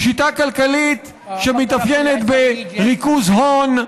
שמתאפיינת בריכוז הון,